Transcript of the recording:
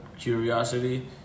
curiosity